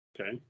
Okay